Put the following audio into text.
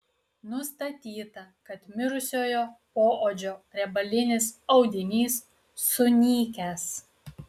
nustatyta kad mirusiojo poodžio riebalinis audinys sunykęs